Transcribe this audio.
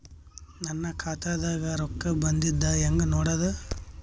ನನ್ನ ಖಾತಾದಾಗ ರೊಕ್ಕ ಬಂದಿದ್ದ ಹೆಂಗ್ ನೋಡದು?